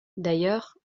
d’ailleurs